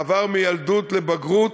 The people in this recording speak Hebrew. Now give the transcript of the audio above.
מעבר מילדות לבגרות,